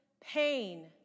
pain